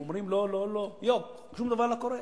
אומרים: לא, לא, לא, יוק, שום דבר לא קורה.